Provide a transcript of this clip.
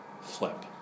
flip